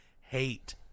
hate